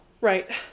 Right